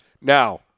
now